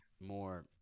more